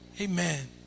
Amen